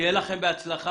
שיהיה לכם בהצלחה.